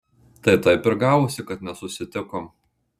tai taip ir gavosi kad nesusitikom